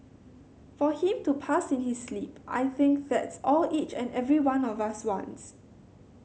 for him to pass in his sleep I think that's all each and every one of us wants